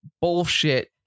bullshit